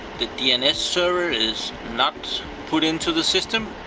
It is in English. the dns server is not put into the system.